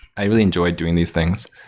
i really enjoyed doing these things.